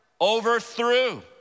overthrew